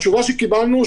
התשובה שקיבלנו,